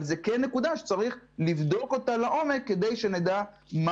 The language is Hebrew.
אבל זו נקודה שצריך לבדוק אותה לעומק כדי שנדע מה